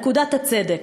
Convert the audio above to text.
נקודת הצדק.